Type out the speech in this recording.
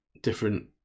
different